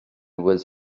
was